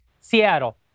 Seattle